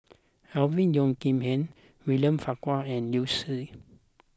Alvin Yeo Khirn Hai William Farquhar and Liu Si